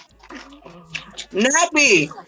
Nappy